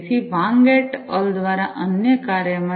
તેથી Wang et al દ્વારા અન્ય કાર્યમાં